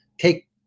take